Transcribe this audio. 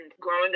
growing